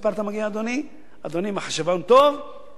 אדוני, מחשבון טוב, זה כמה מיליארדים.